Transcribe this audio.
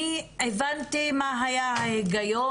אני הבנתי מה היה ההיגיון.